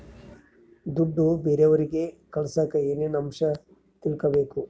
ದುಡ್ಡು ಬೇರೆಯವರಿಗೆ ಕಳಸಾಕ ಏನೇನು ಅಂಶ ತಿಳಕಬೇಕು?